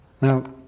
Now